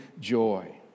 joy